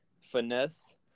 Finesse